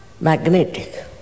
magnetic